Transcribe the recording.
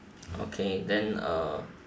okay then uh